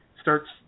starts